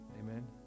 Amen